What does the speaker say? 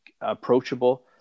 approachable